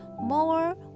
more